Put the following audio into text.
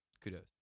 kudos